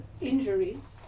injuries